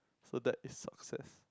so that is success